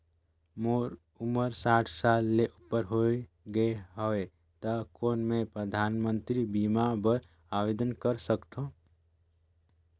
मोर उमर साठ साल ले उपर हो गे हवय त कौन मैं परधानमंतरी बीमा बर आवेदन कर सकथव?